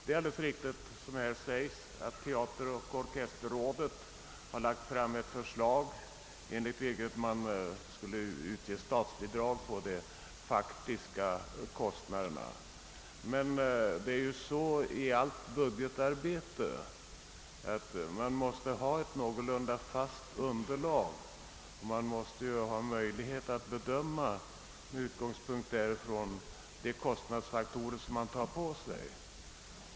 Det är alldeles riktigt som herr Nordstrandh säger att teateroch orkesterrårådet lagt fram ett förslag enligt vilket statsbidrag skulle utges för de faktiska kostnaderna. I allt budgetarbete måste man emellertid ha ett någorlunda fast underlag och möjlighet att med utgångspunkt i detta bedöma kostnadsfaktorerna.